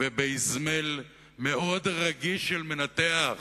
ובאזמל מאוד רגיש של מנתח,